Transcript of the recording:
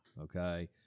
Okay